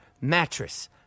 mattress